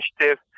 Initiative